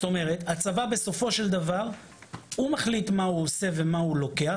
זאת אומרת הצבא בסופו של דבר מחליט מה הוא עושה ומה הוא לוקח,